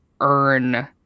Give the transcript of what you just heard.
earn